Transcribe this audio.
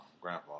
Grandpa